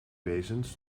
wezens